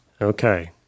Okay